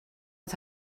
het